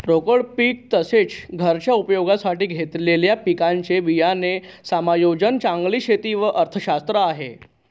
रोकड पीक तसेच, घरच्या उपयोगासाठी घेतलेल्या पिकांचे बियाणे समायोजन चांगली शेती च अर्थशास्त्र आहे